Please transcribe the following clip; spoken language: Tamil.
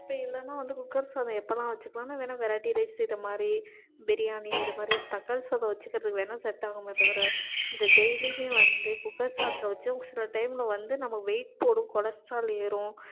இப்போ இல்லைன்னா வந்து குக்கர் சாதம் எப்போலாம் வச்சிக்கலாம்னா வேணுணா வெரைட்டி ரைஸ் இது மாதிரி பிரியாணி இது மாதிரி தக்காளி சாதம் வச்சிக்கிறதுக்கு வேணுணா செட் ஆகும் தவிர இந்த டெய்லியும் வந்து குக்கர் சாதத்தில் வச்சு சில டைமில் வந்து நமக்கு வெயிட் போடும் கொலஸ்ட்ரால் ஏறும்